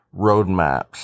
roadmaps